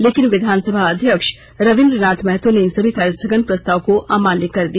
लेकिन विधानसभा अध्यक्ष रवींद्र नाथ महतो ने इन सभी कार्यस्थगन प्रस्ताव को अमान्य कर दिया